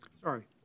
Sorry